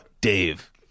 Dave